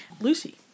Lucy